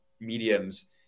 mediums